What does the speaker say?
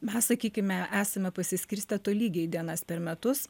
mes sakykime esame pasiskirstę tolygiai dienas per metus